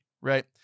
right